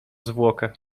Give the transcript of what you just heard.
zwłokę